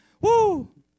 Woo